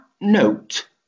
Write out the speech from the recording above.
note